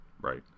Right